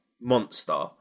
monster